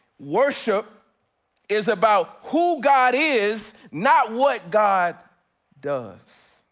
worship is about who god is not what god does.